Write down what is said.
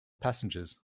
passengers